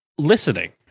Listening